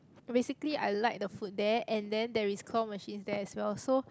basically I like the food there and then there is claw machine there as well so